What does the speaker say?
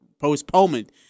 postponement